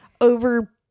over